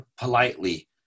politely